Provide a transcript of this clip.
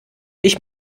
ich